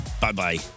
Bye-bye